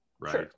right